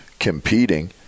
competing